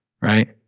right